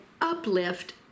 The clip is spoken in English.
uplift